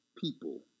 people